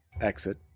exit